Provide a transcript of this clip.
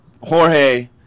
Jorge